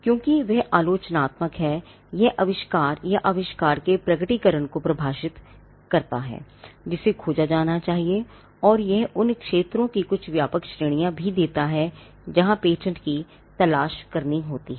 क्योंकि वह आलोचनात्मक है यह आविष्कार या आविष्कार के प्रकटीकरण को परिभाषित करता हैजिसे खोजा जाना चाहिए और यह उन क्षेत्रों की कुछ व्यापक श्रेणियां भी देता है जहां पेटेंट की तलाश करनी होती है